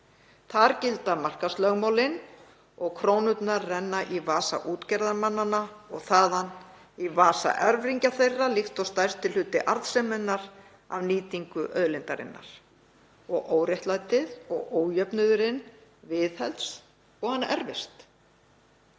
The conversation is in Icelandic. Þar gilda markaðslögmálin og krónurnar renna í vasa útgerðarmanna og þaðan í vasa erfingja þeirra líkt og stærsti hluti arðseminnar af nýtingu auðlindarinnar. Óréttlætið og ójöfnuðurinn viðhelst og erfist.